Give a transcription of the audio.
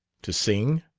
to sing?